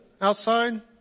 outside